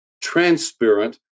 transparent